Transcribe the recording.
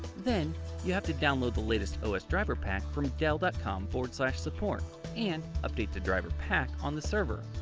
then you have to download the latest so os driver pack from dell dot com slash support and update the driver pack on the server,